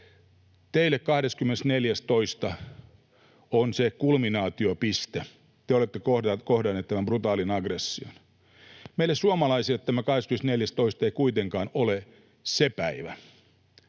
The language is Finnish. ”Teille 24.2. on se kulminaatiopiste. Te olette kohdanneet tämän brutaalin aggression. Meille suomalaisille tämä 24.2. ei kuitenkaan ole se päivä.